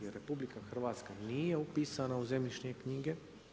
Jer RH, nije upisana u zemljišne knjige.